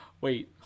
Wait